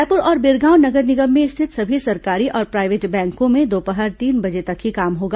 रायपुर और बिरगांव नगर निगम में स्थित सभी सरकारी और प्रायवेट बैंकों में दोपहर तीन बजे तक ही काम होगा